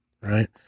right